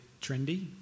trendy